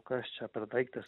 kas čia per daiktas